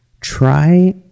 Try